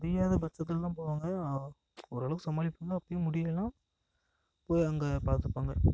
முடியாதபட்சத்தில் தான் போவாங்க ஓரளவுக்கு சமாளிப்பாங்க அப்போயும் முடியலைன்னா போய் அங்கே பார்த்துப்பாங்க